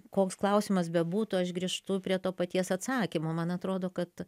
koks klausimas bebūtų aš grįžtu prie to paties atsakymo man atrodo kad